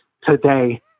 today